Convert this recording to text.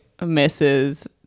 misses